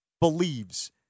believes